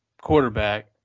quarterback